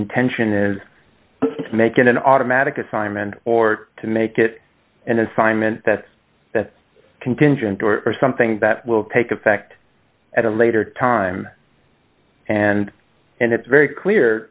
intention is to make it an automatic assignment or to make it an assignment that's contingent or something that will take effect at a later time and and it's very clear